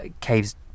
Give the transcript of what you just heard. cave's